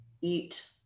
eat